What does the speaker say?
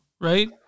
right